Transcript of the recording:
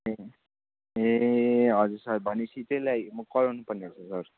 ए हजुर सर भनेपछि त्यसलाई म कराउनु पर्ने रहेछ सर